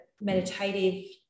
meditative